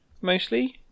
Mostly